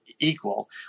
equal